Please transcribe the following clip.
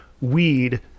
weed